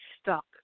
stuck